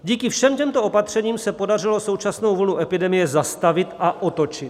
Díky všem těmto opatřením se podařilo současnou vlnu epidemie zastavit a otočit.